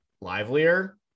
livelier